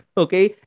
okay